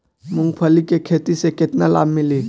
मूँगफली के खेती से केतना लाभ मिली?